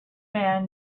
man